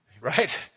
Right